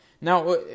Now